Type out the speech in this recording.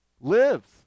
lives